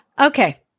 Okay